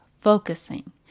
focusing